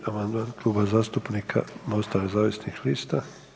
96. amandman Kluba zastupnika Mosta nezavisnih lista.